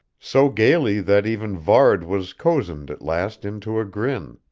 so gayly that even varde was cozened at last into a grin.